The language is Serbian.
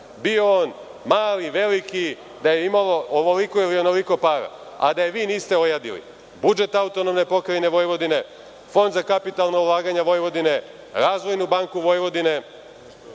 bio on mali, veliki, da je imalo ovoliko ili onoliko para, a da je vi niste ojadili. Budžet AP Vojvodine, Fond za kapitalna ulaganja Vojvodine, Razvojnu banku Vojvodine,